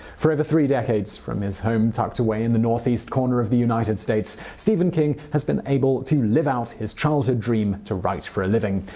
for over three decades, from his home tucked away in the northeast corner of the united states, stephen king has been able to live out his childhood dream to write for a living.